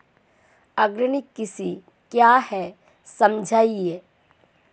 Organic कृषि क्या है समझाइए?